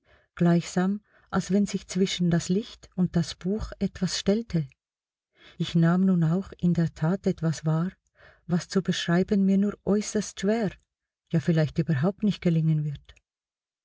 gleichsam als wenn sich zwischen das licht und das buch etwas stellte ich nahm nun auch in der tat etwas wahr was zu beschreiben mir nur äußerst schwer ja vielleicht überhaupt nicht gelingen wird